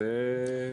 זה...